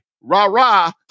rah-rah